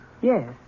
Yes